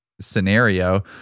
scenario